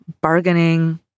bargaining